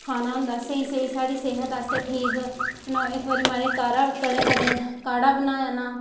खाना हुंदा स्हेई स्हेई स्हाड़ी सेहत आस्तै ठीक बनाया इक बारी में ते काढ़ा कदें कदें काढ़ा बनाना